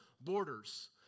borders